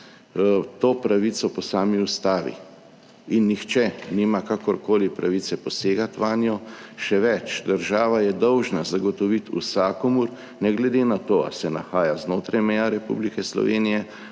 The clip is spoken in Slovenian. to pravico po sami Ustavi in nihče nima kakorkoli pravice posegati vanjo, še več. Država je dolžna zagotoviti vsakomur, ne glede na to, ali se nahaja znotraj meja Republike Slovenije